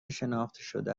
شناختهشده